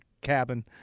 cabin